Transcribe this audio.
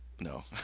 No